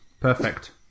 Perfect